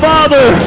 Father